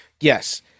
yes